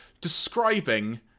describing